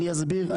אני אסביר.